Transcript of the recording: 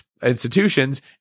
institutions